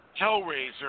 Hellraiser